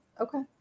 Okay